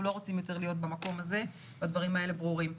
אנחנו לא רוצים יותר להיות במקום הזה והדברים האלה ברורים.